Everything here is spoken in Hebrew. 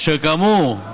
אשר כאמור,